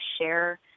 share